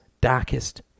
darkest